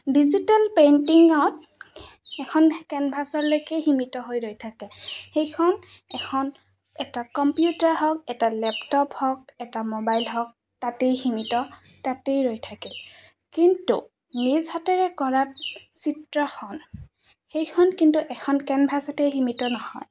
digital পেইণ্টিঙত এখন কেনভাছলৈকে সীমিত হৈ ৰৈ থাকে সেইখন এখন এটা কম্পিউটাৰ হওক এটা লেপটপ হওক এটা মোবাইল হওক তাতেই সীমিত তাতেই ৰৈ থাকে কিন্তু নিজ হাতেৰে কৰা চিত্ৰখন সেইখন কিন্তু এখন কেনভাছতেই সীমিত নহয়